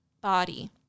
body